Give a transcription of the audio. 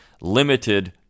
limited